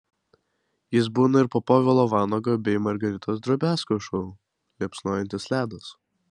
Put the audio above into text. jis būna ir po povilo vanago bei margaritos drobiazko šou liepsnojantis ledas